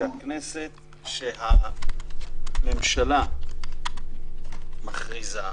הוא שהממשלה מכריזה,